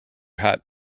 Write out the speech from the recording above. hat